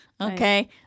Okay